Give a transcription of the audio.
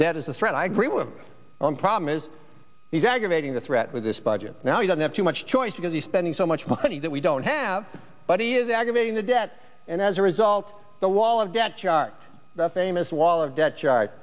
is a threat i agree with problem is he's aggravating the threat with this budget now you don't have too much choice because he's spending so much money that we don't have but he is aggravating the debt and as a result the wall of debt chart the famous wall of debt